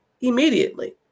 immediately